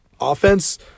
Offense